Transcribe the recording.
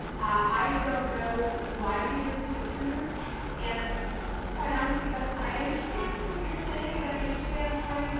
i don't know why we didn't do it sooner and quite honestly doesn't i understand what you are saying and i understand